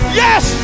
yes